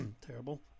terrible